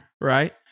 right